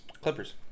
Clippers